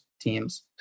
teams